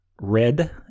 Red